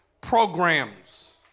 programs